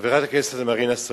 חברת הכנסת מרינה סולודקין,